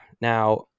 Now